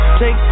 Take